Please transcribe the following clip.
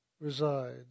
resides